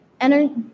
energy